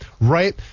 right